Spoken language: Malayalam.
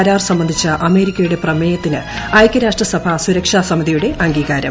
കരാർ സംബന്ധിച്ച അമേരിക്കയുടെ പ്രമേയത്തിന് ഐകൃരാഷ്ട്രസഭാ സുരക്ഷാ സമിതിയുടെ അംഗീകാരം